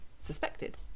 suspected